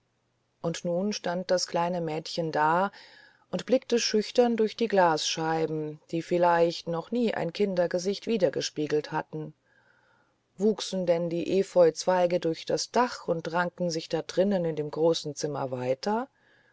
und nun stand das kleine mädchen da und blickte schüchtern durch die glasscheiben die vielleicht noch nie ein kindergesicht widergespiegelt hatten wuchsen denn die epheuzweige durch das dach und rankten sich da drinnen in dem großen zimmer weiter